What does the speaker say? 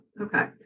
Okay